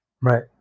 right